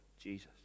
jesus